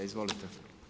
Izvolite.